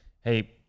hey